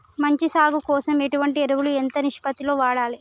మంచి సాగు కోసం ఎటువంటి ఎరువులు ఎంత నిష్పత్తి లో వాడాలి?